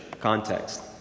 context